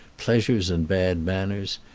pleasures and bad manners.